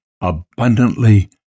abundantly